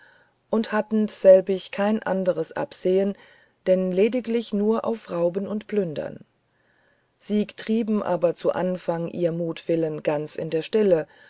und hattend selbige kein anders absehen denn lediglich nur auf rauben und plündern sy gtriebend aber zu anfang jr muthwill ganz in der stille